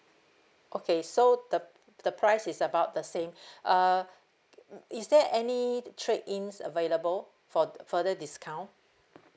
okay so the the price is about the same uh is there any trade ins available for further discount